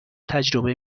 تجربه